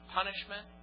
punishment